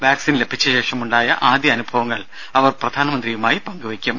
vaccine ലഭിച്ചശേഷം ഉണ്ടായ വഴി ആദ്യ അനുഭവങ്ങൾ അവർ പ്രധാനമന്ത്രിയുമായി പങ്കുവെക്കും